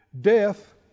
Death